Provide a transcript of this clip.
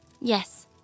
Yes